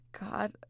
God